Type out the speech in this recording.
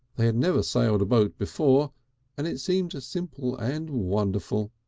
they had never sailed a boat before and it seemed simple and wonderful.